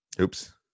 Oops